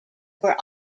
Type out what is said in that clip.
were